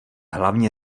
hlavně